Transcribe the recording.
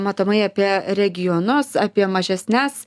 matomai apie regionus apie mažesnes